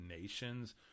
nations